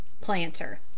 planter